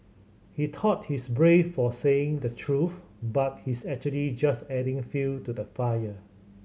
he thought he's brave for saying the truth but he's actually just adding fuel to the fire